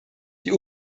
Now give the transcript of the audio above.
die